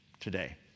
today